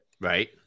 Right